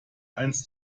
eins